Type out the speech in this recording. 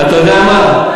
ואתה יודע מה?